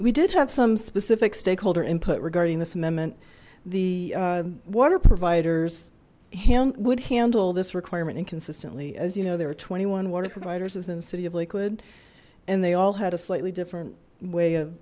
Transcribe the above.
we did have some specific stakeholder input regarding this amendment the water providers hand would handle this requirement inconsistently as you know there are twenty one water providers within the city of liquid and they all had a slightly different way of